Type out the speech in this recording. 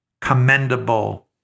commendable